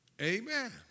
Amen